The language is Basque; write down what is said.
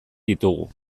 ditugu